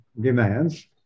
demands